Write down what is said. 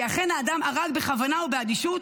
כי אכן אדם הרג בכוונה או באדישות,